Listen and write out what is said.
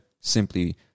Simply